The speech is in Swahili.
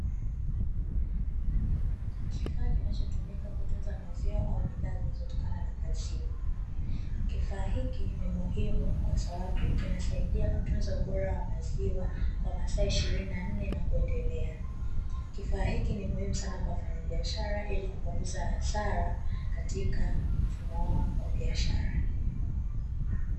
Kifaa kinachotumika kutunza maziwa au bidhaa zinazotokana na maziwa. Kifaa hiki ni muhimu kwa sababu kinasaidia kutunza ubora wa maziwa kwa masaa ishirini na nne na kuendelea. Kifaa hiki ni muhimu sana kwa wafanyabiashara ili kupunguza hasara, katika mfumo wao wa biashara.